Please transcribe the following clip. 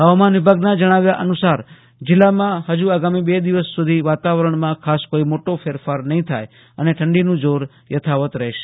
હવામાન વિભાગના જણાવ્યા અનુસાર જિલ્લામાં ફજુ આગામી બે દિવસ સુધી વાતાવરણ ખાસ કોઈ મોટો ફેરફાર નહી થાય અને ઠંડીનું જોર યથાવત રહેશે